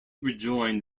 rejoined